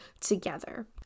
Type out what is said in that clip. together